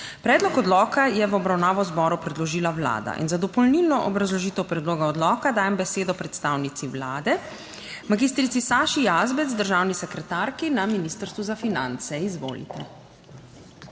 Predlog zakona je v obravnavo zboru predložila Vlada. Za dopolnilno obrazložitev predloga zakona dajem besedo predstavnici Vlade magistrici Saši Jazbec, državni sekretarki na Ministrstvu za finance. Izvolite.